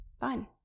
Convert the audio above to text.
fine